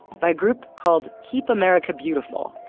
by a group called keep america beautiful.